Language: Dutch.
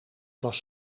was